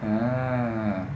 ah